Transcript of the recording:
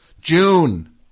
June